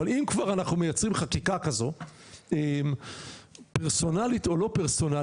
אבל אם כבר אנחנו מייצרים חקיקה כזו פרסונלית או לא פרסונלית,